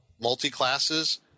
multi-classes